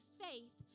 faith